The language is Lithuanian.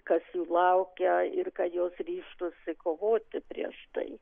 kas jų laukia ir kad jos ryžtųsi kovoti prieš tai